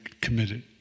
committed